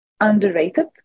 underrated